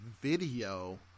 video